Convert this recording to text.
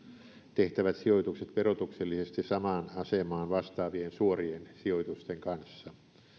tehtävät sijoitukset verotuksellisesti samaan asemaan vastaavien suorien sijoitusten kanssa